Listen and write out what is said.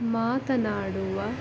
ಮಾತನಾಡುವ